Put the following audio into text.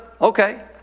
Okay